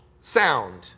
sound